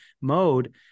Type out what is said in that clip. mode